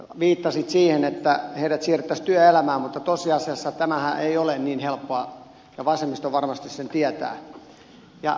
viittasit siihen että heidät siirrettäisiin työelämään mutta tosiasiassa tämähän ei ole niin helppoa ja vasemmisto varmasti sen tietää